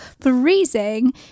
freezing